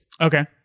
Okay